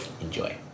Enjoy